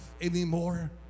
anymore